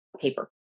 paper